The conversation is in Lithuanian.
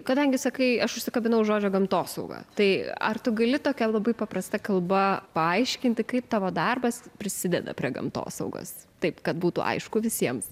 kadangi sakai aš užsikabinau už žodžio gamtosauga tai ar tu gali tokia labai paprasta kalba paaiškinti kaip tavo darbas prisideda prie gamtosaugos taip kad būtų aišku visiems